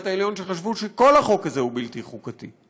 העליון שחשבו שכל החוק הזה בלתי חוקתי.